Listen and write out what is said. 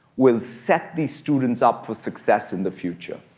we'll set these students up for success in the future.